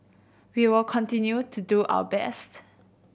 we will continue to do our best